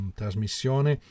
trasmissione